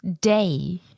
day